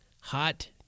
hot